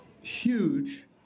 huge